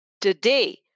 Today